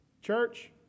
Church